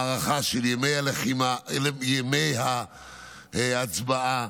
הארכה של ימי ההצבעה,